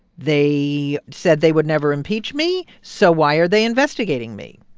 they said they would never impeach me, so why are they investigating me?